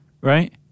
right